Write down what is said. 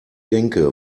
denke